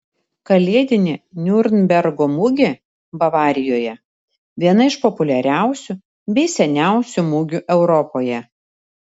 kalėdinė niurnbergo mugė bavarijoje viena iš populiariausių bei seniausių mugių europoje